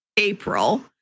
April